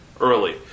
early